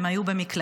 הם היו במקלטים.